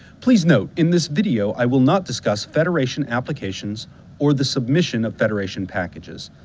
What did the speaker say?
please note, in this video, i will not discuss federation applications or the submission of federation packages.